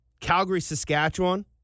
Calgary-Saskatchewan